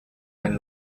ein